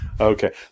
Okay